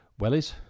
wellies